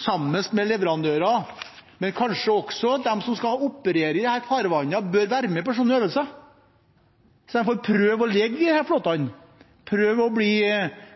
sammen med leverandører: Kanskje også de som skal operere i disse farvannene, bør være med på sånne øvelser, slik at de får prøve det å ligge i disse flåtene, prøve å bli